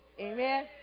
Amen